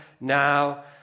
now